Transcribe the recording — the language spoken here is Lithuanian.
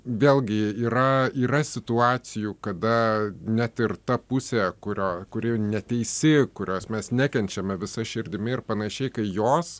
vėlgi yra yra situacijų kada net ir ta pusė kurio kuri neteisi kurios mes nekenčiame visa širdimi ir panašiai kai jos